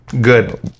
Good